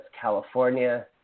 California